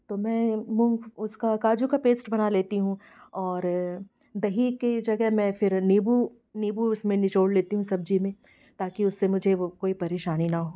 तो मै मूंग उसका काजू का पेस्ट बना लेती हूँ और दही के जगह मैं फिर नीबू नीबू उस में निचोड़ लेती हूँ सब्ज़ी में ताकि उससे मुझे वो कोई परेशानी ना हो